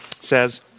says